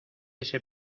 ese